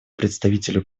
представителю